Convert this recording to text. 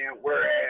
Whereas